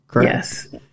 yes